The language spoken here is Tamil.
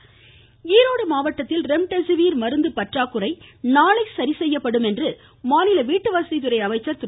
முத்துசாமி ஈரோடு மாவட்டத்தில் ரெம்டெசிவிர் மருந்து பற்றாக்குறை நாளை சரிசெய்யப்படும் என்று மாநில வீட்டு வசதித்துறை அமைச்சர் திரு